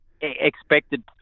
expected